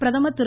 பிரதமர் திரு